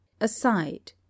Aside